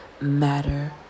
matter